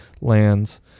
lands